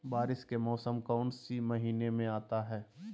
बारिस के मौसम कौन सी महीने में आता है?